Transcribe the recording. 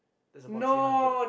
that's about three hundred